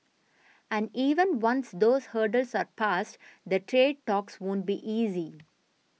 and even once those hurdles are pass the trade talks won't be easy